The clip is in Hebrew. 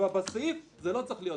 אבל בסעיף זה לא צריך להיות.